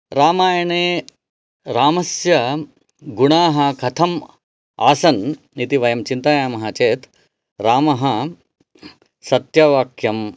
रामायणे रामस्य गुणाः कथम् आसन् इति वयं चिन्तयामः चेत् रामः सत्यवाक्यं